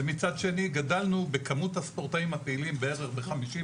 ומצד שני גדלנו בכמות הספורטאים הפעילים בערך ב-50%.